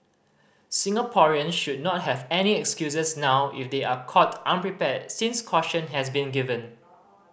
Singaporean should not have any excuses now if they are caught unprepared since caution has been given